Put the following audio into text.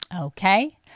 Okay